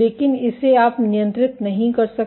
लेकिन इसे आप नियंत्रित नहीं कर सकते